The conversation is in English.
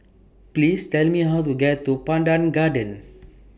Please Tell Me How to get to Pandan Gardens